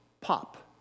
Pop